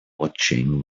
watching